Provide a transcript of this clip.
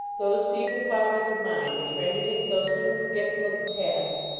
those feeble powers of mind which rendered him so soon forgetful of the past,